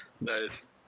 Nice